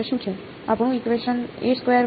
આપણું ઇકવેશન બને છે